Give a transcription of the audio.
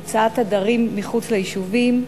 הוצאת עדרים מחוץ ליישובים,